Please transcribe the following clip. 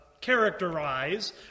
characterize